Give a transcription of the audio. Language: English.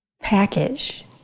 package